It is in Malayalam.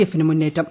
എഫിന് മുന്നേറ്റം